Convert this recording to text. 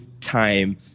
time